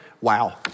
wow